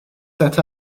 set